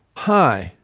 hi,